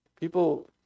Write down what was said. People